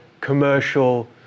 commercial